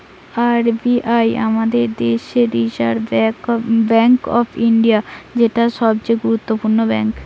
R B I আমাদের দেশের Reserve Bank of India, যেটা সবচে গুরুত্বপূর্ণ ব্যাঙ্ক